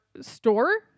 store